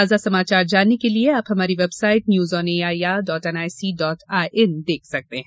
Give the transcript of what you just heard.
ताजा समाचार जानने के लिए आप हमारी website news on A I R dot N I C dot I N देख सकते हैं